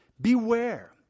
Beware